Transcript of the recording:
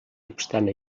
obstant